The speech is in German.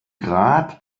grab